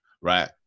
right